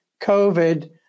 COVID